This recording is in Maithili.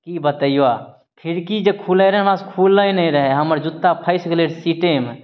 की बतैयऽ खिड़की जे खुलय हमरासँ खुलय नहि रहय हमर जूत्ता फँसि गेलय सीटेमे